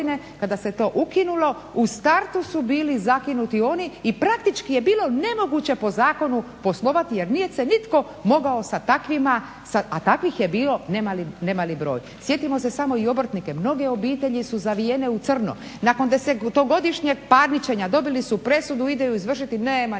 kada se to ukinulo u startu su bili zakinuti oni i praktički je bilo nemoguće po zakonu poslovati jer nije se nitko mogao sa takvima, a takvih je bilo ne mali broj. Sjetimo se samo i obrtnike. Mnoge obitelji su zavijene u crno. Nakon desetogodišnjeg parničenja dobili su presudu. Idu izvršiti, nema